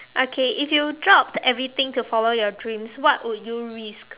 okay if you dropped everything to follow your dreams what would you risk